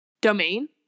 Domain